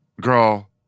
Girl